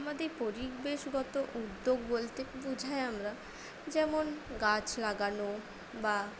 আমাদের পরিবেশগত উদ্যোগ বলতে বুঝায় আমরা যেমন গাছ লাগানো বা